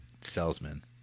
salesman